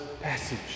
passage